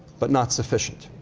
but not sufficient.